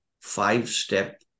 Five-Step